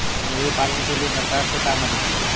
मुर्गी पालन के लीए सरकार से का मदद मिली?